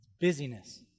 busyness